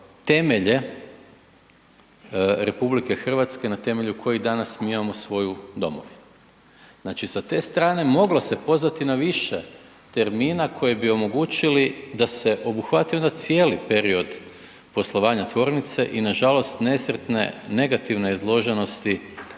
temelje RH na temelju kojih danas mi imamo svoju domovinu. Znači sa te strane moglo se pozvati na više termina koji bi omogućili da se obuhvati onda cijeli period poslovanja tvornice i nažalost nesretne negativne izloženosti